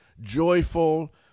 joyful